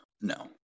No